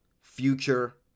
future